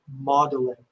modeling